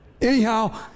anyhow